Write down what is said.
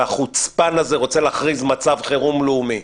והחוצפן הזה רוצה להכריז מצב חירום לאומי.